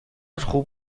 خوب